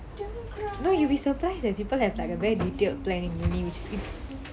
no you'll be surprised that people have like a very detailed plan in university it's